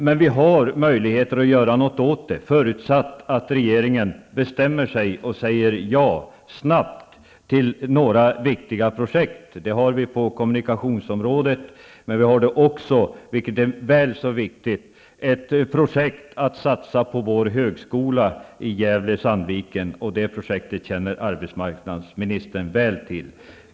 Men vi har möjligheter att göra någonting åt det, förutsatt att regeringen bestämmer sig och snart säger ja till några viktiga projekt. Sådana har vi på kommunikationsområdet. Ett projekt som det är väl så viktigt att satsa på är högskolan i Gävle/Sandviken. Det projektet känner arbetsmarknadsministern väl till.